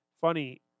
Funny